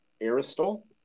Aristotle